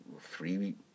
three